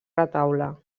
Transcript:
retaule